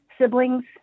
siblings